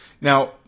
Now